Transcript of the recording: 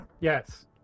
Yes